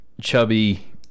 chubby